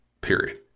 Period